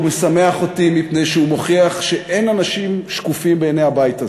והוא משמח אותי מפני שהוא מוכיח שאין אנשים שקופים בעיני הבית הזה.